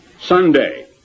Sunday